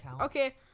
Okay